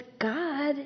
God